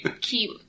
keep